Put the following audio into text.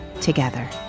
together